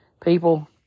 People